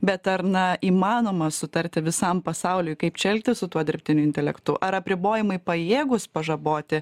bet ar na įmanoma sutarti visam pasauliui kaip čia elgtis su tuo dirbtiniu intelektu ar apribojimai pajėgūs pažaboti